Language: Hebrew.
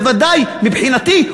בוודאי מבחינתי,